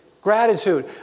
Gratitude